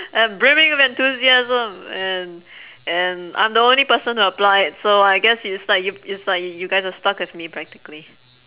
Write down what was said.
I'm brimming with enthusiasm and and I'm the only person who applied so I guess it's like y~ it's like y~ you guys are stuck with me practically